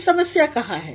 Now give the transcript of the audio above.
फिर समस्या कहाँ है